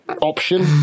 Option